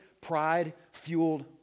pride-fueled